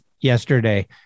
yesterday